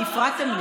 כי הפרעתם לי.